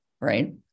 right